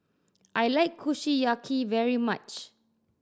I like Kushiyaki very much